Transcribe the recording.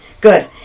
good